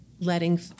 letting